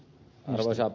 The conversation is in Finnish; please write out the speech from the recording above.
olla